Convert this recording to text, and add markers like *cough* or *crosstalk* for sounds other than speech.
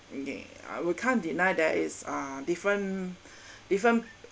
okay I will can't deny there is uh different *breath* different